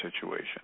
situation